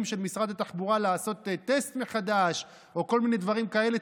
של משרד התחבורה לעשות טסט מחדש או כל מיני דברים כאלה,